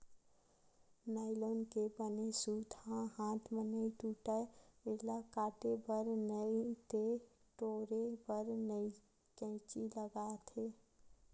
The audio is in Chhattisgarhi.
नाइलोन के बने सूत ह हाथ म नइ टूटय, एला काटे बर नइते टोरे बर कइची लागथे